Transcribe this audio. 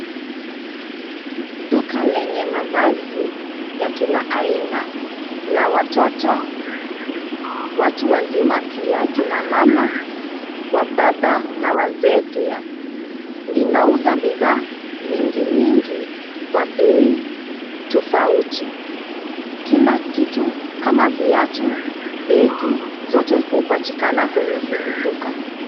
Duka lenye mavazi ya kila aina la watoto, watu wazima pia, kina mama, wababa na wazee pia. Linauza bidhaa mingi mingi kwa bei tofauti. Kila kitu kama viatu, begi, zote hupatikana kwenye hili duka.